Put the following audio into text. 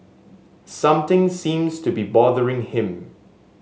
something seems to be bothering him